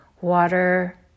water